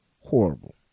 horrible